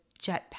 Jetpack